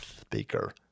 speaker